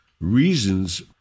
reasons